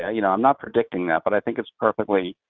yeah you know i'm not predicting that, but i think it's perfectly,